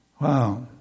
Wow